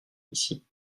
ici